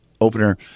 opener